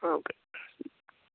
okay